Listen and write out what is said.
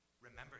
Remember